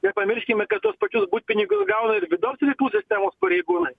nepamirškime kad tuos pačius butpiningius gauna ir vidaus reikalų sistemos pareigūnai